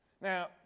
Now